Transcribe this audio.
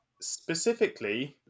Specifically